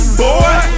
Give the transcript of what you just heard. boy